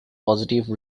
positive